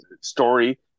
story